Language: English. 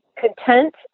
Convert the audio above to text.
content